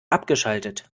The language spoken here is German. abgeschaltet